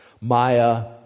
maya